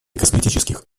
косметических